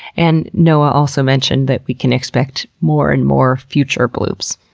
and noaa also mentioned that we can expect more and more future bloops.